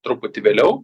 truputį vėliau